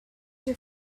your